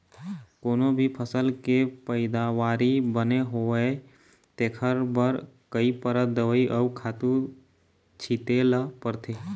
कोनो भी फसल के पइदावारी बने होवय तेखर बर कइ परत दवई अउ खातू छिते ल परथे